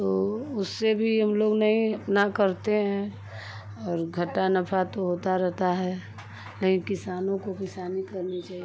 तो उससे भी हम लोग नहीं अपना करते हैं और घटा नफा तो होता रहता है नहीं किसानों को किसानी करनी चाहिए